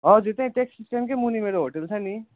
हजुर त्यहीँ ट्याक्सी स्ट्यान्डकै मुनि मेरो होटल छ कि